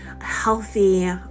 healthy